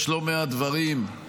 יש לא מעט דברים,